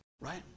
right